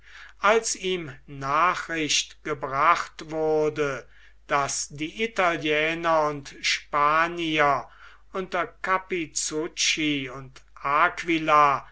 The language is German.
als ihm nachricht gebracht wurde daß die italiener und spanier unter capizucchi und aquila